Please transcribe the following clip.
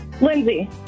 Lindsay